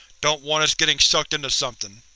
don't want us getting sucked into something.